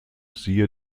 siehe